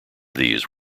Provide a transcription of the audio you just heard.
these